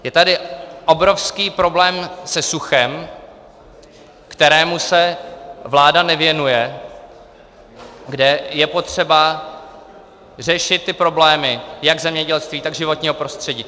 Je tady obrovský problém se suchem, kterému se vláda nevěnuje, kde je potřeba řešit problémy jak zemědělství, tak životního prostředí.